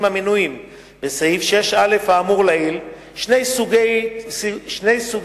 המנויים בסעיף 6א האמור לעיל שני סוגי טיפולים